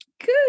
Good